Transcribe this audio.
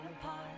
apart